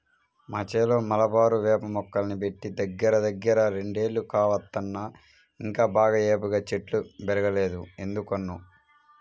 మా చేలో మలబారు వేప మొక్కల్ని బెట్టి దగ్గరదగ్గర రెండేళ్లు కావత్తన్నా ఇంకా బాగా ఏపుగా చెట్లు బెరగలేదు ఎందుకనో